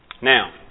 Now